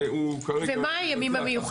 הפלא ופלא איפה שהיהודים חונים,